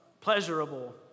pleasurable